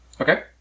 Okay